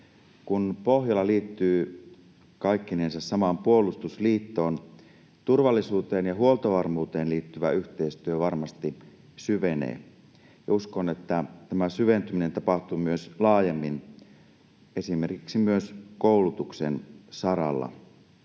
Kun Pohjola liittyy kaikkinensa samaan puolustusliittoon, niin turvallisuuteen ja huoltovarmuuteen liittyvä yhteistyö varmasti syvenee. Uskon, että tämä syventyminen tapahtuu myös laajemmin, esimerkiksi myös koulutuksen saralla.